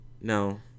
No